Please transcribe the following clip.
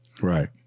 Right